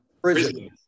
Prison